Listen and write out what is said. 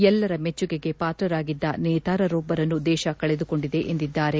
ಎಲ್ಲರ ಮೆಚ್ಚುಗೆಗೆ ಪಾತ್ರರಾಗಿದ್ದ ನೆತಾರರೋಬ್ಲರನ್ನು ದೇಶ ಕಳೆದು ಕೊಂಡಿದೆ ಎಂದಿದ್ದಾರೆ